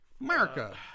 America